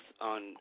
on